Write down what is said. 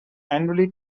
annually